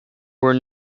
were